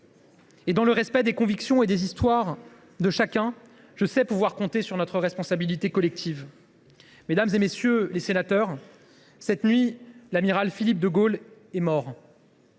Dans le respect des convictions et des histoires de chacun, je sais pouvoir compter sur notre responsabilité collective. Mesdames, messieurs les sénateurs, cette nuit, l’amiral Philippe de Gaulle est mort.